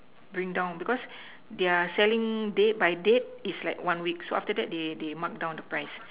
bring down because they are selling date by date is like one week so after that they they mark down the price